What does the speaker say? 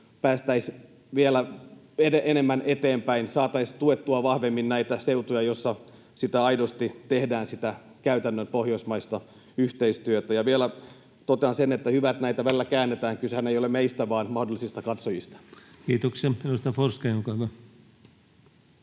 päästäisiin vielä enemmän eteenpäin ja saataisiin tuettua vahvemmin näitä seutuja, joissa aidosti tehdään sitä käytännön pohjoismaista yhteistyötä? Vielä totean sen, että hyvä, että näitä välillä käännetään. Kysehän ei ole meistä, vaan mahdollisista katsojista. [Speech 176] Speaker: